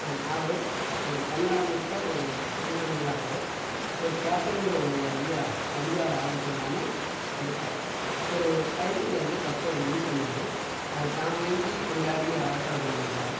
அவர் ஒரு தன்னலமற்ற ஒரு சுயநலம் இல்லாதவர் ஒரு கேப்டன்கிற ஒரு அதிகா அதிகாரம் ஆதிக்கம் இல்லாமல் இருப்பார் ஒரு ஃபைனலில் வந்து கப்பை வின் பண்ணதும் அது தான் வாங்கி கொண்டாடி அலப்பறை பண்ண மாட்டார்